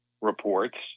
reports